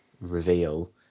reveal